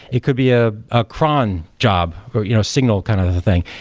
it could be ah a cron job or you know signal kind of thing.